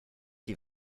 die